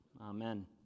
Amen